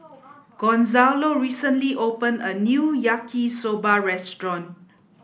Gonzalo recently opened a new Yaki soba restaurant